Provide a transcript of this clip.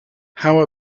how